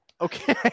Okay